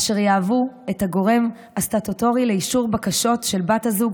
אשר יהיו הגורם הסטטוטורי לאישור בקשות של בת הזוג